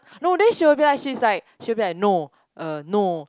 no then she'll be like she's like she'll be like no er no